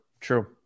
True